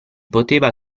poteva